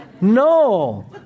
No